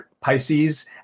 Pisces